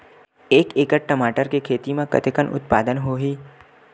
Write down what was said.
एक एकड़ टमाटर के खेती म कतेकन उत्पादन होही?